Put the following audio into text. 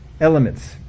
elements